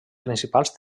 principals